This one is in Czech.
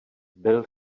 byl